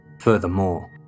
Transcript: Furthermore